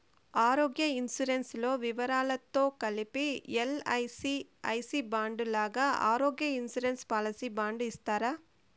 ఆరోగ్య ఇన్సూరెన్సు లో వివరాలతో కలిపి ఎల్.ఐ.సి ఐ సి బాండు లాగా ఆరోగ్య ఇన్సూరెన్సు పాలసీ బాండు ఇస్తారా?